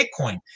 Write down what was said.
Bitcoin